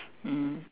mm